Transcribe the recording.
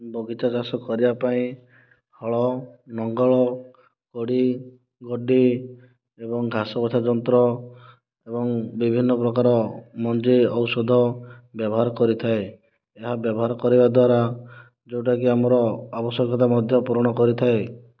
ବଗିଚା ଚାଷ କରିବାପାଇଁ ହଳ ଲଙ୍ଗଳ କୋଡ଼ି ଗୋଡ଼ି ଏବଂ ଘାସବଛା ଯନ୍ତ୍ର ଏବଂ ବିଭିନ୍ନ ପ୍ରକାର ମଞ୍ଜି ଔଷଧ ବ୍ୟବହାର କରିଥାଏ ଏହା ବ୍ୟବହାର କରିବାଦ୍ଵାରା ଯେଉଁଟା କି ଆମର ଆବଶ୍ୟକତା ମଧ୍ୟ ପୂରଣ କରିଥାଏ